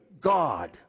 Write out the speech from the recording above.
God